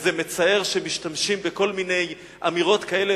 וזה מצער שמשתמשים בכל מיני אמירות כאלה